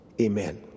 Amen